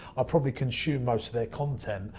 i probably consume most of their content,